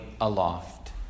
aloft